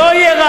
שלא יהיה דיין,